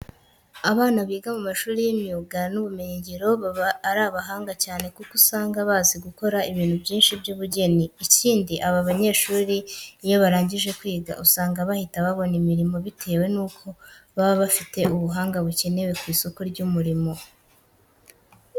Abana biga mu mashuri y'imyuga n'ubumenyingiro baba ari abahanga cyane kuko usanga bazi gukora ibintu byinshi by'ubugeni. Ikindi, aba banyeshuri iyo barangije kwiga usanga bahita babona imirimo bitewe nuko baba bafite ubuhanga bukenewe ku isoko ry'umurimo.